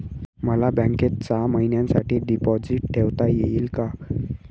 मला बँकेत सहा महिन्यांसाठी डिपॉझिट ठेवता येईल का?